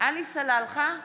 עלי סלאלחה,